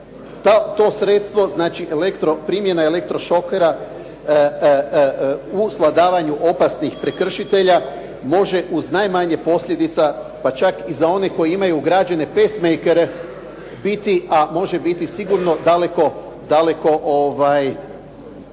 to sredstvo, znači primjena elektrošokera u svladavanju opasnih prekršitelja može uz najmanje posljedica, pa čak i za one koji imaju ugrađene pacemakere biti, a može imati svoju svrhu daleko korisnije